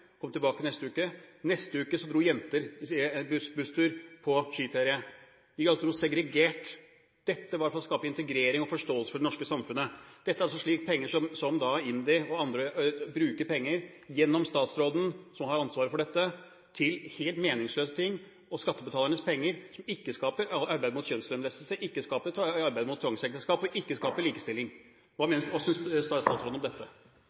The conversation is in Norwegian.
tilbake neste uke, og neste uke dro jenter på busstur, på skiferie. De var altså segregert. Dette var for å skape integrering og forståelse for det norske samfunnet! Dette er altså slik IMDi og andre bruker skattebetalernes penger – gjennom statsråden, som har ansvaret for dette – til helt meningsløse ting, som ikke skaper arbeid mot kjønnslemlestelse, ikke skaper arbeid mot tvangsekteskap, og ikke skaper likestilling. Hva synes statsråden om dette?